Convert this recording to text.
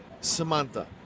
Samantha